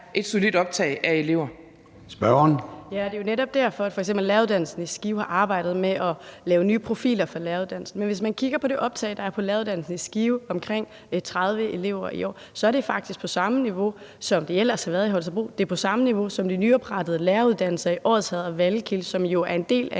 Kl. 13:42 Signe Munk (SF): Ja, og det er jo netop derfor, at f.eks. læreruddannelsen i Skive har arbejdet med at lave nye profiler for læreruddannelsen. Men hvis man kigger på det optag, der er på læreruddannelsen i Skive på omkring 30 studerende i år, er det faktisk på samme niveau, som det ellers har været på i Holstebro, og det er på det samme niveau som den nyoprettede læreruddannelser i Odsherred på Vallekilde, som jo er en del af